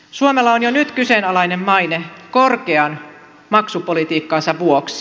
suomella on jo nyt kyseenalainen maine korkean maksupolitiikkansa vuoksi